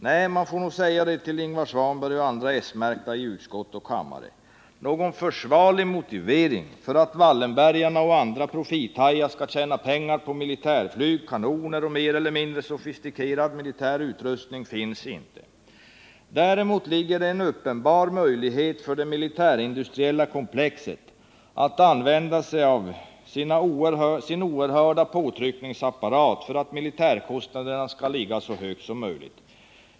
Nej, man får nog säga till Ingvar Svanberg och andra s-märkta i utskott och kammare: Någon försvarbar motivering för att Wallenbergarna och andra profithajar skall tjäna pengar på militärflyg, kanoner och mer eller mindre sofistikerad militär utrustning finns inte. Däremot finns det en uppenbar möjlighet för det militärindustriella komplexet att använda sig av sin oerhörda påtryckningsapparat för att militärkostnaderna skall ligga så högt som möjligt.